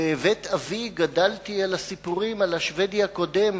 בבית אבי גדלתי על הסיפורים, על השבדי הקודם